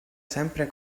sempre